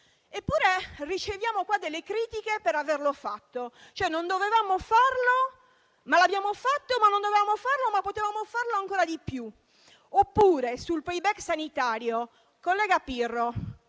Eppure riceviamo delle critiche per averlo fatto; cioè non dovevamo farlo, ma l'abbiamo fatto, non dovevamo farlo, ma potevamo farlo ancora di più. Oppure, sul *payback* sanitario: collega Pirro,